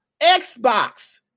Xbox